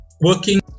working